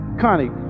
Connie